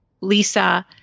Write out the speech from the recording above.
lisa